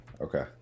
Okay